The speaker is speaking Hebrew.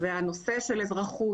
והנושא של אזרחות,